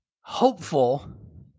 hopeful